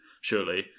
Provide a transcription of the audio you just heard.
surely